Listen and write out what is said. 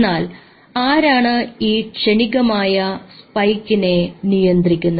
എന്നാൽ ആരാണ് ഈ ക്ഷണികമായ സ്പൈക്കിനെ നിയന്ത്രിക്കുന്നത്